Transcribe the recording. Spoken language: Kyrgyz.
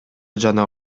жана